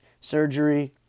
Surgery